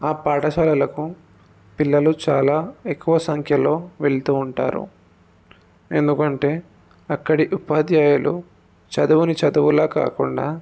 ఆ పాఠశాలలకు పిల్లలు చాలా ఎక్కువ సంఖ్యలో వెళుతూ ఉంటారు ఎందుకంటే అక్కడి ఉపాధ్యాయులు చదువుని చదువులా కాకుండా